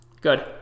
Good